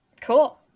Cool